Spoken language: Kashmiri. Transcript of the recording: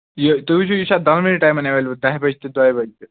یہِ تُہۍ وُچھِو یہِ چھا دۄنوٕنی ٹایمَن ایٚولیبٕل دَہہِ بَجہِ تہِ دۄیہِ بَجہِ تہِ